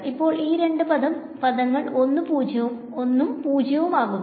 അപ്പോൾ ഈ രണ്ട് പദങ്ങൾ ഒന്നും പൂജ്യവും ആകുന്നു